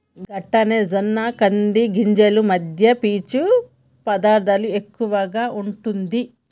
గట్లనే జొన్న కంది గింజలు మధ్య పీచు పదార్థం ఎక్కువగా ఉంటుంది